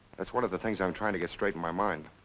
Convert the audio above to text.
that's one of the things i'm trying to get straight in my mind.